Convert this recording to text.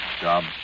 job